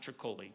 Tricoli